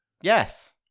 Yes